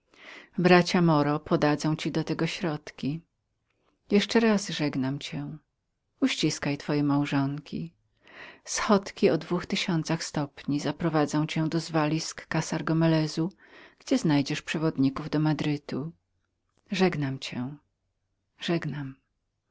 bracia moro podadzą ci do tego środki jeszcze raz żegnam cię uściskaj twoje małżonki schodki te o dwóch tysiącach stopni zaprowadzą cię do zwalisk kassar gomelezu gdzie znajdziesz przewodników do madrytu żegnam cię żegnam